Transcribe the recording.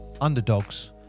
underdogs